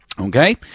Okay